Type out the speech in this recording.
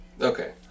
Okay